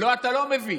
לא, אתה לא מבין.